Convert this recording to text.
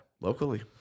locally